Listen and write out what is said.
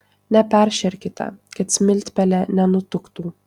neperšerkite kad smiltpelė nenutuktų